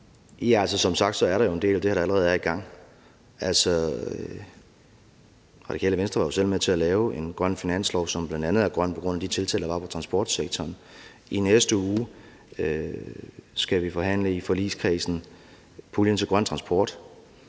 Jørgensen): Som sagt er der jo en del af det her, der allerede er i gang. Radikale Venstre var jo selv med til at lave en grøn finanslov, som bl.a. er grøn på grund af de tiltag, der er i transportsektoren. I næste uge skal vi i forligskredsen forhandle om puljen til grøn transport.